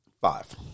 Five